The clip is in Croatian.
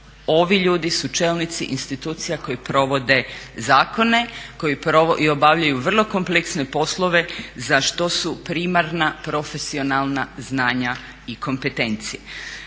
Ovi ljudi su čelnici institucija koje provode zakone i obavljaju vrlo kompleksne poslove za što su primarna profesionalna znanja i kompetencije.